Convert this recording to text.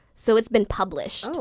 so it's been published!